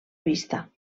vista